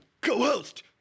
co-host